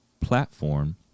platform